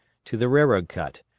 to the railroad cut,